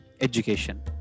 education